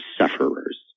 sufferers